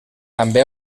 també